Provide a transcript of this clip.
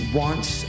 wants